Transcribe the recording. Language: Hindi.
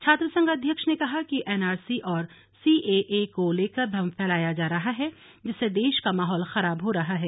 छात्रसंघ अध्यक्ष ने कहा कि एनआरसी और सीएए को लेकर भ्रम फैलाया जा रहा है जिससे देश का माहौल खराब हो रहा है